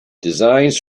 designs